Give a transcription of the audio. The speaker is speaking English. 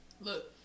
Look